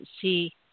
see